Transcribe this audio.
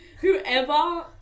Whoever